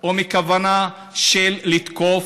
או מכוונה לתקוף.